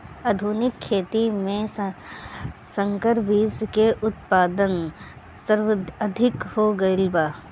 आधुनिक खेती में संकर बीज के उत्पादन सर्वाधिक हो गईल बा